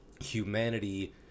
humanity